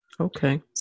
Okay